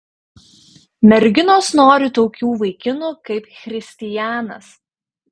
merginos nori tokių vaikinų kaip christijanas